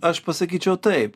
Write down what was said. aš pasakyčiau taip